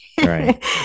Right